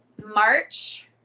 March